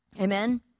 Amen